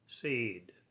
Seed